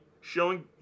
showing